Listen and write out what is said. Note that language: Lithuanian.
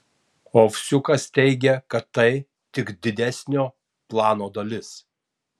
ovsiukas teigia kad tai tik didesnio plano dalis